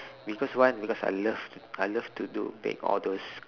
because one because I love to I love to do bake all those